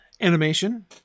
Animation